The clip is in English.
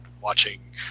watching